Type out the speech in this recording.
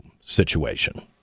situation